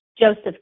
Joseph